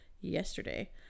yesterday